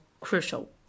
crucial